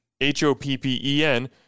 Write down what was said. H-O-P-P-E-N